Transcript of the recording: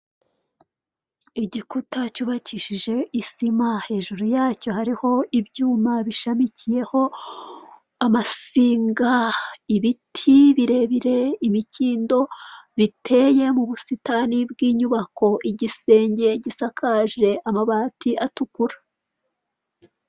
Igikuta cyubakishije isima hejuru yacyo hariho ibyuma bishamikiyeho amasinga, ibiti birebire imikindo biteye mu busitani bw'inyubako, igisenge gisakaje amabati atukura.